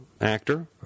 actor